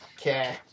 Okay